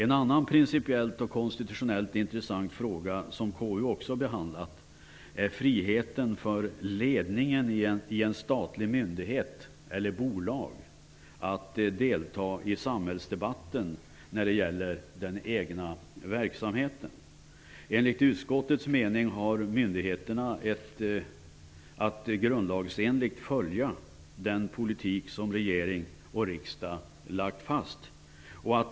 En annan principiellt och konstitutionellt intressant fråga som KU behandlat är friheten för ledningen i en statlig myndighet eller ett statligt bolag att delta i samhällsdebatten när det gäller den egna verksamheten. Enligt utskottets mening har myndigheterna att grundlagsenligt följa den politik som regering och riksdag lagt fast.